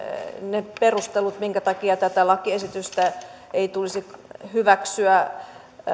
ne perustelut minkä takia tätä lakiesitystä ei tulisi hyväksyä